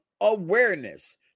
awareness